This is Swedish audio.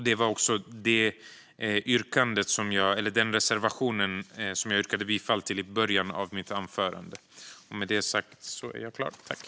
Det är också vad den reservation som jag yrkade bifall till i början av mitt anförande handlar om.